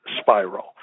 spiral